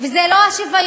וזה לא השוויון,